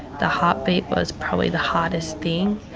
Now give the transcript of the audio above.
the heartbeat was probably the hardest thing